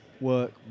work